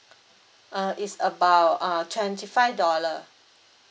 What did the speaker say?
uh it's about uh twenty five dollar